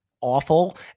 awful